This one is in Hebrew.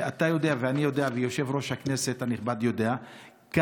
אתה יודע ואני יודע ויושב-ראש הכנסת הנכבד יודע כמה